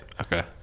Okay